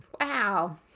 Wow